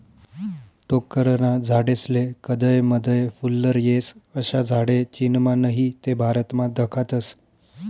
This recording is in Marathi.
टोक्करना झाडेस्ले कदय मदय फुल्लर येस, अशा झाडे चीनमा नही ते भारतमा दखातस